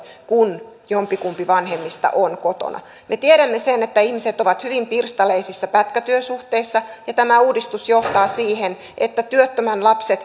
kun jompikumpi vanhemmista on kotona me tiedämme sen että ihmiset ovat hyvin pirstaleisissa pätkätyösuhteissa ja tämä uudistus johtaa siihen että myös työttömän lapset